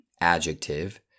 adjective